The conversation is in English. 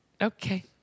Okay